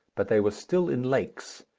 but they were still in lakes.